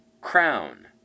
crown